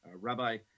rabbi